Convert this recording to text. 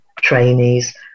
trainees